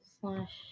slash